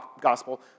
gospel